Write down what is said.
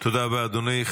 תודה רבה, אדוני.